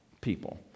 people